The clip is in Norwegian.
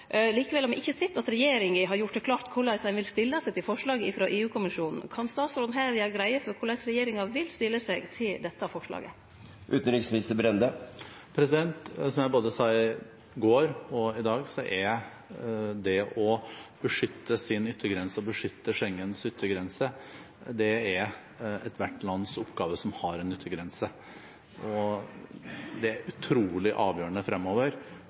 Likevel har me ikkje sett at regjeringa har gjort det klart korleis ein vil stille seg til forslaget frå EU-kommisjonen. Kan statsråden her gjere greie for korleis regjeringa vil stille seg til dette forslaget? Som jeg sa både i går og i dag, er det å beskytte sin yttergrense og Schengens yttergrense oppgaven til ethvert land som har en yttergrense. Det er utrolig avgjørende fremover